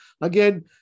Again